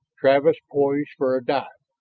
travis poised for a dive.